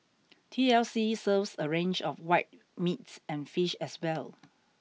T L C serves a range of white meat and fish as well